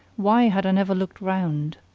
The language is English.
why had i never looked round?